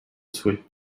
souhait